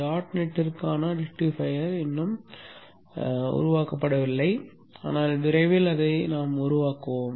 dot நெட்டிற்கான rectifier இன்னும் உருவாக்கப்படவில்லை ஆனால் விரைவில் அதை உருவாக்குவோம்